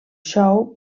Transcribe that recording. show